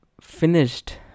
Finished